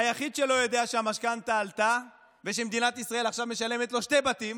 היחיד שלא יודע שהמשכנתה עלתה ושמדינת ישראל עכשיו משלמת לו שני בתים